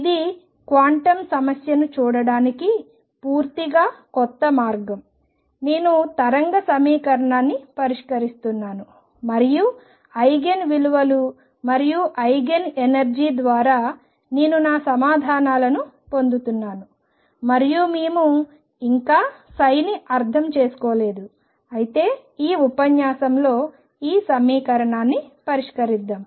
ఇది క్వాంటం సమస్యను చూడడానికి పూర్తిగా కొత్త మార్గం నేను తరంగ సమీకరణాన్ని పరిష్కరిస్తున్నాను మరియు ఐగెన్ విలువలు మరియు ఐగెన్ ఎనర్జీ ద్వారా నేను నా సమాధానాలను పొందుతున్నాను మరియు మేము ఇంకా psiని అర్థం చేసుకోలేదు అయితే ఈ ఉపన్యాసంలో ఈ సమీకరణాన్ని పరిష్కరిద్దాం